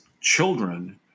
children